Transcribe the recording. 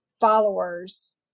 followers